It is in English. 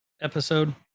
episode